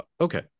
Okay